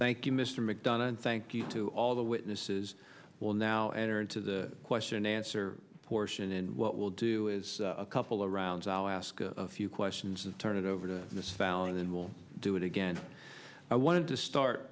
thank you mr mcdonough and thank you to all the witnesses will now enter into the question answer portion and what we'll do is a couple of rounds i'll ask a few questions and turn it over to this file and then we'll do it again i wanted to start